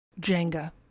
Jenga